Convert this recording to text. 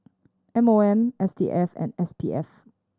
M O M S T S and S P F